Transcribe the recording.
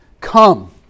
Come